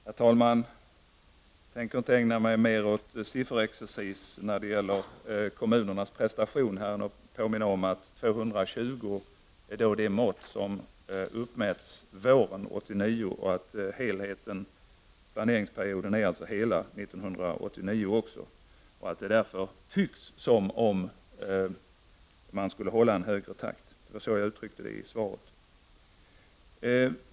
Herr talman! Jag tänker inte ägna mig mer åt sifferexersis när det gäller kommunernas prestation. Jag vill påminna om att 220 gruppboendeenheter är det mått som uppmätts våren 1989 och att planeringsperioden är hela 1989. Därför tycks det som om utbyggnadstakten skulle var högre. Det var så jag uttryckte det i svaret.